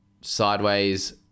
sideways